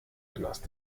knast